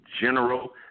general